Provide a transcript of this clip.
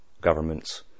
governments